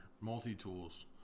multi-tools